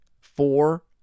four